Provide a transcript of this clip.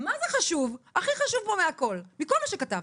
מה-זה חשוב, הכי חשוב פה מהכול, מכל מה שכתבתם.